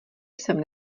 jsem